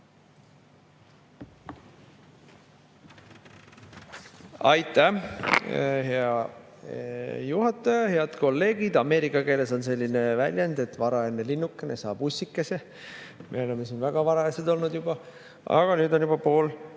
Aitäh, hea juhataja! Head kolleegid! Ameerika keeles on selline väljend, et varajane linnukene saab ussikese. Me oleme siin väga varajased olnud, aga nüüd on juba pool